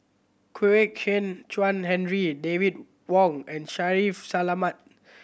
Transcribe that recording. Kwek Hian Chuan Henry David Wong and Shaffiq Selamat